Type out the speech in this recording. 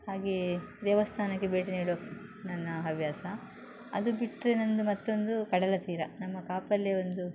ಹಾಗೇ ದೇವಸ್ಥಾನಕ್ಕೆ ಭೇಟಿ ನೀಡೋದು ನನ್ನ ಹವ್ಯಾಸ ಅದು ಬಿಟ್ಟರೆ ನನ್ನದು ಮತ್ತೊಂದು ಕಡಲತೀರ ನಮ್ಮ ಕಾಪು ಅಲ್ಲೇ ಒಂದು